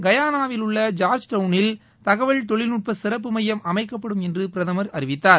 கபாளாவிலுள்ள George டவுனில் தகவல் தொழில்நுட்ப சிறப்பு மையம் அமைக்கப்படும் என்று பிரதமர் அறிவித்தார்